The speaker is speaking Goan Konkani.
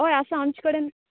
हय आसा आमचे कडेन